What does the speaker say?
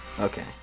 Okay